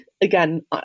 again